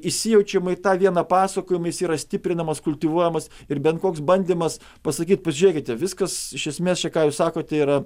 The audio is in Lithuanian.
įsijaučiama į tą vieną pasakojimą jis yra stiprinamas kultivuojamas ir bet koks bandymas pasakyt pažiūrėkite viskas iš esmės čia ką jūs sakote yra